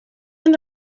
and